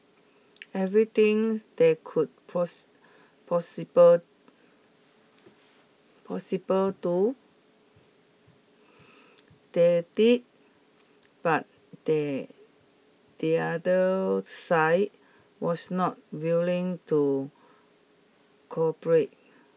everything they could possible possible do they did but the the other side was not willing to cooperate